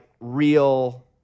real